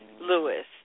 Lewis